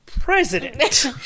President